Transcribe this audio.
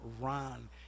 run